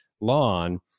lawn